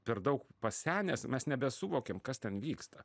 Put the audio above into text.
per daug pasenęs mes nebesuvokiam kas ten vyksta